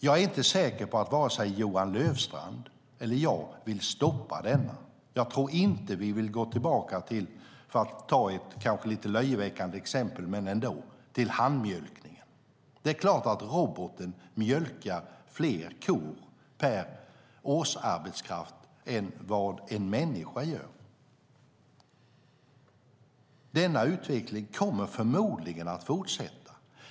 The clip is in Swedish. Jag är inte säker på att vare sig Johan Löfstrand eller jag vill stoppa denna utveckling. Jag tror inte att vi vill gå tillbaka till - för att ta ett kanske lite löjeväckande exempel - handmjölkning. Det är klart att en robot mjölkar fler kor per årsarbetskraft än vad en människa gör. Denna utveckling kommer förmodligen att fortsätta.